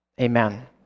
Amen